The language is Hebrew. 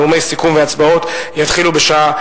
ונאומי סיכום והצבעות יתחילו בשעה